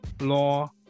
law